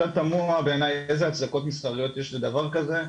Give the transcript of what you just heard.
קצת תמוה בעיניי איזה הצדקות מסחריות יש לדבר כזה,